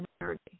energy